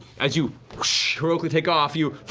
as you heroically take off, you